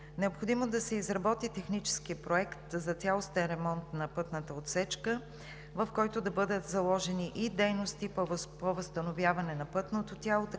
Необходимо е да се изработи технически проект за цялостен ремонт на пътната отсечка, в който да бъдат заложени и дейности по възстановяване на пътното тяло, както